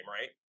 right